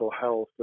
health